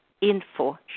Info